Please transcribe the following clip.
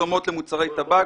פרסומות למוצרי טבק.